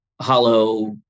hollow